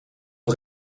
nog